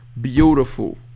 Beautiful